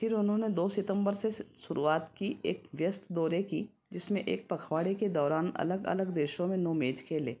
फ़िर उन्होंने दो सितंबर से शुरुआत की एक व्यस्त दौरे की जिसमें एक पखवाड़े के दौरान अलग अलग देशो में नौ मैच खेले